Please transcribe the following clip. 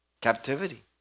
Captivity